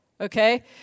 Okay